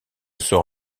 sera